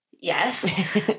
yes